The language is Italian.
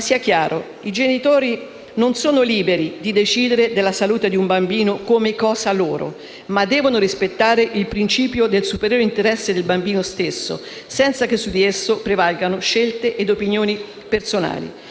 Sia chiaro però che i genitori non sono liberi di decidere della salute di un bambino come cosa loro, ma devono rispettare il principio del superiore interesse del bambino stesso, senza che su di esso prevalgano scelte od opinioni personali.